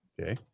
Okay